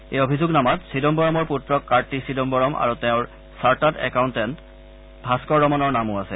এই অভিযোগনামাত চিদাম্বৰমৰ পুত্ৰ কাৰ্তি চিদাম্বৰম আৰু তেওঁৰ চাৰ্টাৰ্ড একাউণ্টেণ্ড ভাস্বৰৰমনৰো নাম আছে